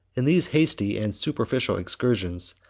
in these hasty and superficial excursions,